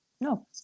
no